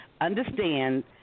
understand